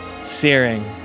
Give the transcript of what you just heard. searing